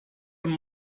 von